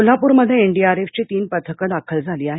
कोल्हापूरमध्ये एनडीआरएफची तीन पथकं दाखल झाली आहेत